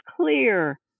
clear